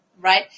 right